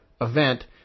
event